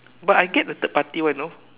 but I get the third party one you know